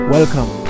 Welcome